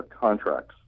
contracts